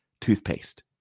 toothpaste